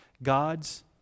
God's